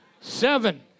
seven